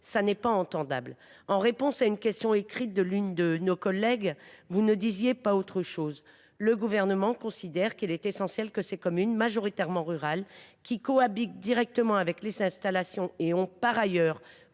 Ce n’est pas acceptable. En réponse à une question écrite posée par l’une de nos collègues, vous n’avez pas dit autre chose : le Gouvernement considère qu’« il est essentiel que ces communes, majoritairement rurales, qui cohabitent directement avec les installations et ont par ailleurs